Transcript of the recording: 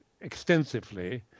extensively